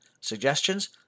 Suggestions